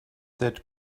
that